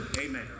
Amen